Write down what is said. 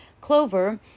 Clover